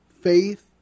faith